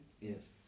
Yes